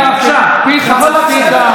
חבר הכנסת עופר כסיף,